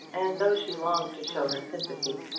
and though she longed to show her sympathy,